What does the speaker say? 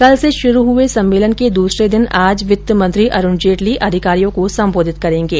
कल से शुरू हुए सम्मेलन के दूसरे दिन आज वित्त मंत्री अरुण जेटली अधिकारियों को संबोधित करेंगे